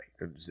Right